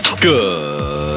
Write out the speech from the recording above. Good